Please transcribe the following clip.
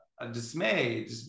dismayed